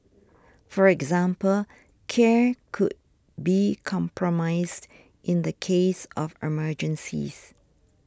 for example care could be compromised in the case of emergencies